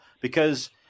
Because-